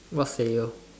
what's Sanyo